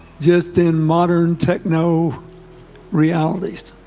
just in modern techno realities